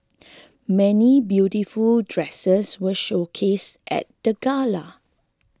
many beautiful dresses were showcased at the gala